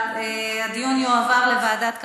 הדיון יועבר לוועדת הכלכלה.